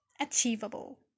achievable